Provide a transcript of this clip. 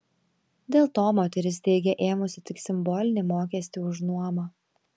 dėl to moteris teigia ėmusi tik simbolinį mokestį už nuomą